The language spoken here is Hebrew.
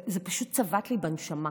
זה פשוט צבט לי בנשמה